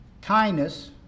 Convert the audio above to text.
kindness